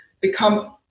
Become